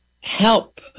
help